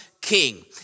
king